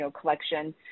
collection